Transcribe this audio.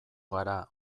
gara